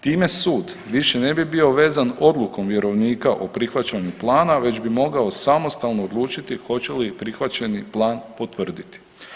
Time sud više ne bi bio vezan odlukom vjerovnika o prihvaćanju plana već bi mogao samostalno odlučiti hoće li prihvaćeni plan potvrditi.